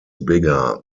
bigger